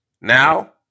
Now